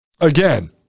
again